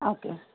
okay